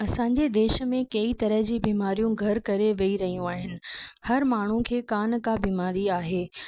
असांजे देश में कई तरह जी बीमारियूं घरु करे वेई रहियूं आहिनि हर माण्हूअ खे का न का बीमारी आहे